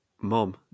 Mom